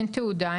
אין תעודה,